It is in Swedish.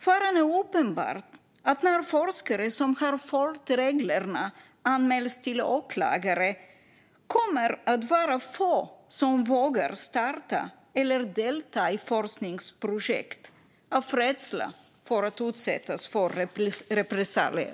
Faran är uppenbar att det, när forskare som har följt reglerna anmäls till åklagare, kommer att vara få som vågar starta eller delta i forskningsprojekt av rädsla för att utsättas för repressalier.